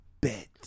bet